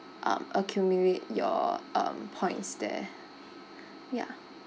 um accumulate your um points there ya